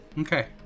Okay